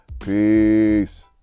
Peace